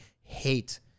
hate